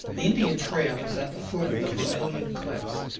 the indian trail is at the foot of the vermilion cliffs.